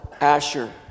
Asher